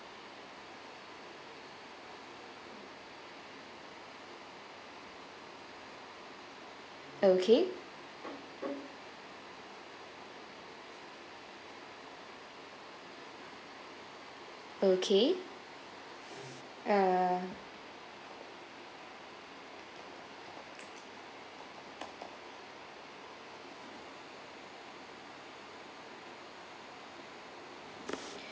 okay okay uh